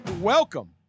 Welcome